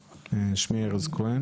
אדוני.